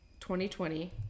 2020